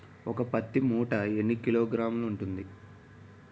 ఒక పత్తి మూట ఎన్ని కిలోగ్రాములు ఉంటుంది?